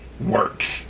works